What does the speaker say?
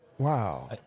Wow